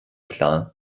klar